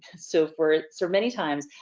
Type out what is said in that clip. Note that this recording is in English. so for, so many times,